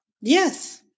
yes